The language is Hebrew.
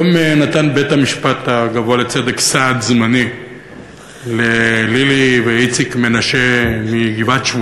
היום נתן בית-המשפט הגבוה לצדק סעד זמני ללילי ואיציק מנשה מגבעת-שמואל,